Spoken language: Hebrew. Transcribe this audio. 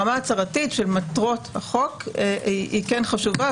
רמה הצהרתית של מטרות החוק היא כן חשובה,